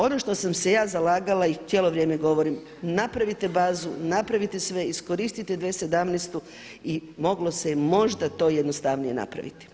Ono što sam se ja zalagala i cijelo vrijeme govorim napravite bazu, napravite sve, iskoristite 2017. i moglo se je možda to jednostavnije napraviti.